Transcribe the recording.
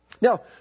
Now